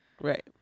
Right